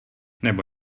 nebo